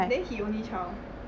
then he only child